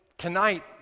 tonight